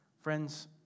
Friends